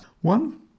one